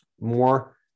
more